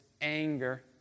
anger